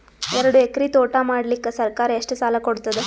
ಎರಡು ಎಕರಿ ತೋಟ ಮಾಡಲಿಕ್ಕ ಸರ್ಕಾರ ಎಷ್ಟ ಸಾಲ ಕೊಡತದ?